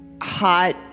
hot